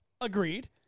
Agreed